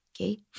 Okay